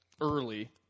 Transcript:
early